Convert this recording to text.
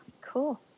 Cool